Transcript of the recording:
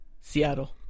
Seattle